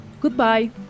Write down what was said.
Goodbye